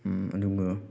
ꯑꯗꯨꯒ